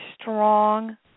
strong